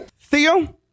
Theo